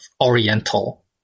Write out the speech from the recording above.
oriental